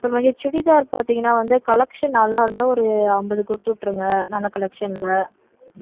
அப்புறம் வந்து சுடிதார் பார்த்திங்கன்னா வந்து கலெக்சன் நல்லா இருந்தா ஒரு ஐம்பது கொடுத்துவிட்ருங்க நல்ல கலெக்சனில்